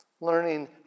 Learning